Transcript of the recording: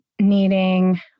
needing